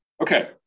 Okay